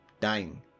dying